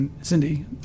Cindy